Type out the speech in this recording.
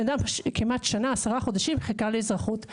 בן אדם, כמעט שנה, עשרה חודשים, חיכה לאזרחות.